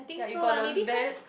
yea you got the very